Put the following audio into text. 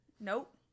Nope